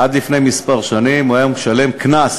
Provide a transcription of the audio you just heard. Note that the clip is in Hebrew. עד לפני כמה שנים הוא היה משלם קנס: